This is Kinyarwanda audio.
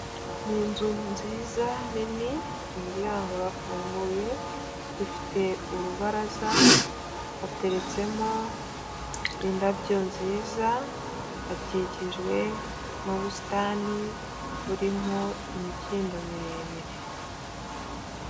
Ni inzu nziza nini, umuryango urafunguye ifite urubaraza, hateretsemo indabyo nziza hakikijwe n'ubusitani burimo imikindo miremire.